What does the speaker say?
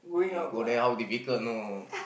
we go there how difficult know